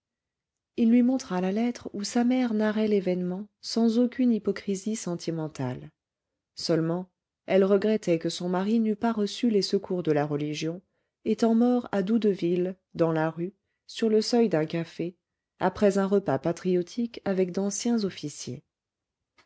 il lui montra la lettre où sa mère narrait l'événement sans aucune hypocrisie sentimentale seulement elle regrettait que son mari n'eût pas reçu les secours de la religion étant mort à doudeville dans la rue sur le seuil d'un café après un repas patriotique avec d'anciens officiers